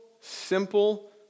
simple